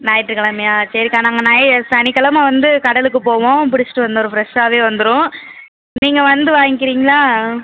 ஞாயிற்றுக் கிழமையா சரிக்கா நாங்கள் நய் சனிக்கெழமை வந்து கடலுக்கு போவோம் பிடிச்சுட்டு வந்துருவோம் ஃப்ரெஷ்ஷாகவே வந்துடும் நீங்கள் வந்து வாங்கிக்கிறீங்களா